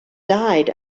died